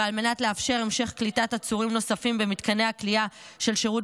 ועל מנת לאפשר המשך קליטת עצורים נוספים במתקני הכליאה של שירות